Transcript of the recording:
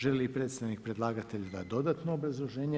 Želi li predstavnik predlagatelja dati dodatno obrazloženje?